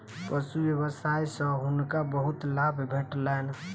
पशु व्यवसाय सॅ हुनका बहुत लाभ भेटलैन